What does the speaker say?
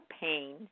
pain